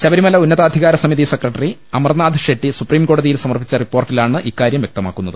ശബരിമല ഉന്നതാധികാര സമിതി secretary Amarnath Shetty supreme കോടതിയിൽ സമർപ്പിച്ച റിപ്പോർട്ടിലാണ് ഇക്കാര്യം വ്യക്തമാക്കുന്നത്